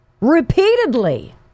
repeatedly